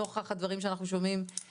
נוכח הדברים שאנחנו שומעים.